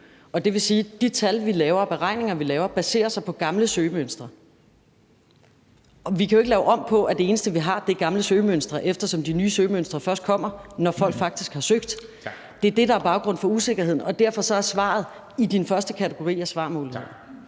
det vil sige, at de tal og beregninger, vi laver, baserer sig på gamle søgemønstre. Vi kan jo ikke lave om på, at det eneste, vi har, er gamle søgemønstre, eftersom de nye søgemønstre først kommer, når folk faktisk har søgt. Det er det, der er baggrunden for usikkerheden, og derfor er svaret i den første kategori af svarmuligheder.